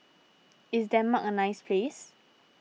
is Denmark a nice place